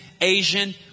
Asian